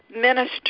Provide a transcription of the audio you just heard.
minister